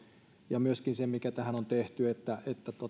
ja myöskin se tähän on tehty että